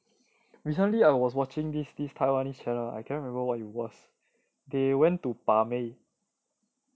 recently I was watching this this taiwanese channel I cannot remember what it was they went to 把妹